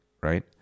right